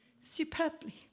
superbly